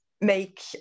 make